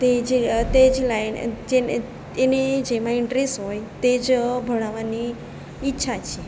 તે જ લાઈન જેને એને જેમાં ઇન્ટરેસ્ટ હોય તે જ ભણાવવાની ઈચ્છા છે